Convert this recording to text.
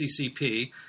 CCP